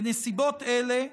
בנסיבות אלה,